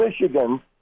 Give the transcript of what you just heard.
Michigan